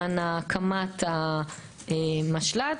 הקמת המשל"ט